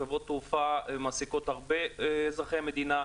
חברות התעופה מעסיקות הרבה מאזרחי המדינה.